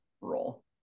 role